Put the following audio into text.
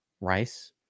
rice